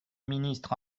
ministre